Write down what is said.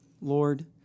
Lord